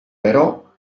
però